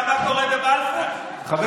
אני גם ראיתי את זה, חבר